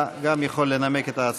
גם אתה יכול לנמק את ההצעה.